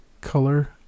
color